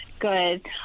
Good